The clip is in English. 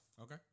Okay